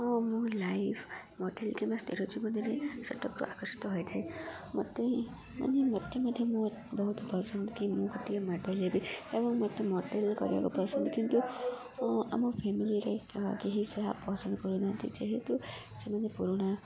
ହଁ ମୋ life model କିମ୍ବା ସ୍ଥିର ଜୀବନରେ ସେଟ୍ଅପ୍କୁ ଆକୃଷ୍ଟ ହୋଇଥାଏ ମୋତେ ମାନେ ମୋତେ ମଧ୍ୟ ମୋ ବହୁତ ପସନ୍ଦ କି ମୁଁ ଗୋଟିଏ ମଡ଼େଲ ହେବି ଏବଂ ମୋତେ ମଡ଼େଲ କରିବାକୁ ପସନ୍ଦ କିନ୍ତୁ ଆମ ଫ୍ୟାମିଲିରେ କେହିି ସେହା ପସନ୍ଦ କରୁନାହାନ୍ତି ଯେହେତୁ ସେମାନେ ପୁରୁଣା